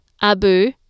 Abu